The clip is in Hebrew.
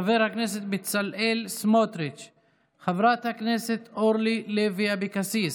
חבר הכנסת בצלאל סמוטריץ'; חברת הכנסת אורלי לוי אבקסיס,